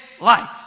life